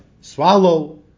swallow